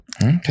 Okay